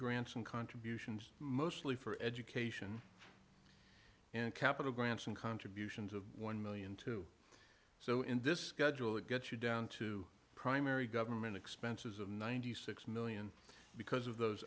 grants and contributions mostly for education and capital grants and contributions of one million to so in this schedule would get you down to primary government expenses of ninety six million because of those